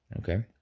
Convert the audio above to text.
Okay